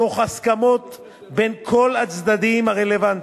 תוך הסכמות בין כל הצדדים הרלוונטיים: